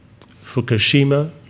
Fukushima